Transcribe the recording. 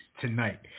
tonight